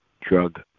drug